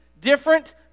different